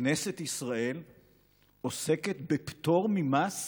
וכנסת ישראל עוסקת בפטור ממס